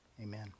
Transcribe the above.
Amen